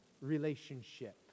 relationship